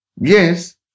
Yes